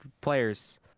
players